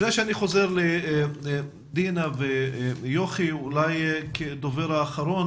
לפני שאני חוזר לדינה ויוכי, אולי הדובר האחרון,